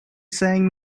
saying